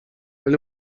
ولی